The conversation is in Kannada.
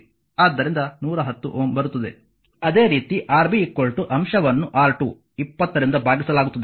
ಆದ್ದರಿಂದ 110 Ω ಬರುತ್ತದೆ ಅದೇ ರೀತಿ Rb ಅಂಶವನ್ನು R2 20 ರಿಂದ ಭಾಗಿಸಲಾಗುತ್ತದೆ